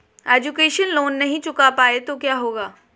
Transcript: Education loan नहीं चुका पाए तो क्या होगा?